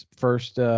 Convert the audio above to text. first